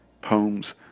poems